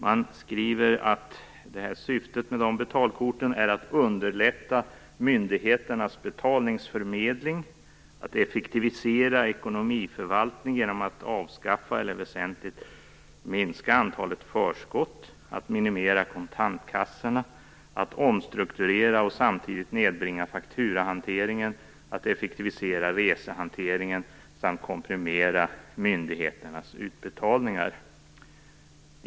Man skriver att syftet med betalkorten är att underlätta myndigheternas betalningsförmedling, att effektivisera ekonomiförvaltningen genom att avskaffa eller väsentligt minska antalet förskott, att minimera kontantkassorna, att omstrukturera och samtidigt nedbringa fakturahanteringen, att effektivisera resehanteringen samt att komprimera myndigheternas utbetalningar.